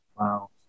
Wow